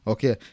Okay